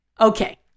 Okay